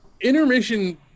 intermission